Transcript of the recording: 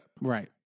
Right